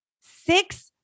six